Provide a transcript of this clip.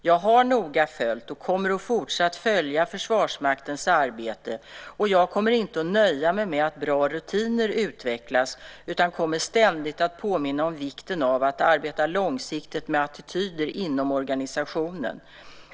Jag har noga följt och kommer fortsatt att följa Försvarsmaktens arbete, och jag kommer inte att nöja mig med att bra rutiner utvecklas, utan jag kommer ständigt att påminna om vikten av att arbeta långsiktigt med attityder inom organisationen.